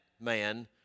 man